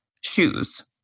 shoes